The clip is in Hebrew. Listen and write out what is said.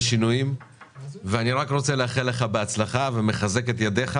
שינויים ואני רק רוצה לאחל לך בהצלחה ומחזק את ידיך